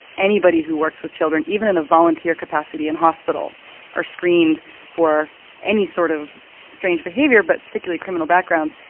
anybody who works with children even in a volunteer capacity in hospital are screened for any sort of strange behaviour but particularly criminal backgrounds.